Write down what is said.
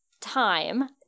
time